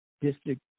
district